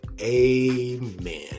Amen